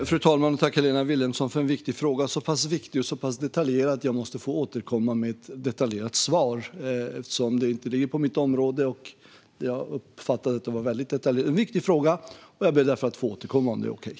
Fru talman! Tack, Helena Vilhelmsson, för en viktig fråga! Den är så pass viktig och detaljerad att jag måste få återkomma med ett detaljerat svar eftersom detta inte ligger på mitt område och jag uppfattar att det är en väldigt viktig fråga. Jag ber därför att få återkomma, om det är okej.